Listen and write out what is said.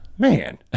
man